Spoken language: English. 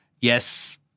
yes